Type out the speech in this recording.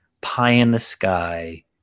pie-in-the-sky